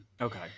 Okay